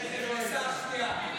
היא נכנסה השנייה.